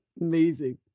Amazing